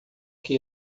que